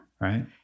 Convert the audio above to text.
Right